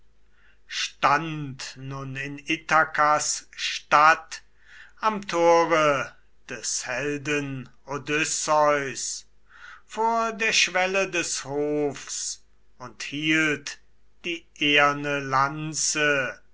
stand nun in ithakas stadt am tore des helden odysseus vor der schwelle des hofs und hielt die eherne lanze